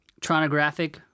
Tronographic